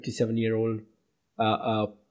57-year-old